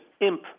imp